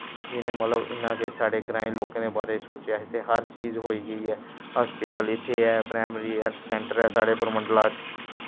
जिनें मतलव इन्ना साढ़े ग्राईं लोकें दे बारे च सोचेआ ते हर चीज होई गेई ऐ हस्पिटल इत्थें ऐ प्राईमरी हैल्थ सैंटर ऐ साढ़े परमंडला च